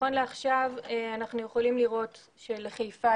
נכון לעכשיו אנחנו יכולים לראות שלחיפה